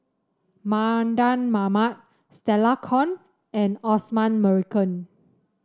Mardan Mamat Stella Kon and Osman Merican